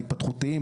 ההתפתחותיים,